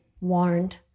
warned